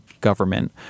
government